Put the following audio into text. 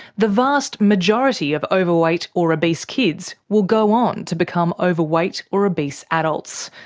the vast majority of overweight or obese kids will go on to become overweight or obese adults.